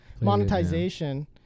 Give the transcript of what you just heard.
monetization